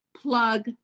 Plug